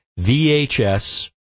VHS